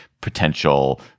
potential